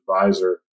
advisor